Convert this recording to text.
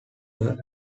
were